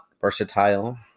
versatile